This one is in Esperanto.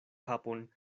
kapon